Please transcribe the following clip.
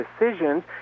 decisions